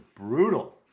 brutal